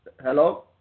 Hello